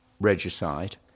regicide